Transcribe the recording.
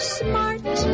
smart